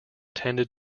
tended